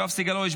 יואב סגלוביץ',